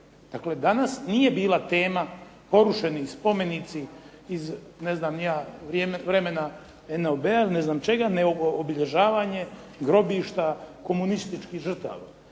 Dakle, danas nije bila tema porušeni spomenici iz ne znam ni ja vremena NOB-a nego obilježavanje grobišta komunističkih žrtava.